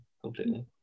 completely